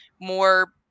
more